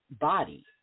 body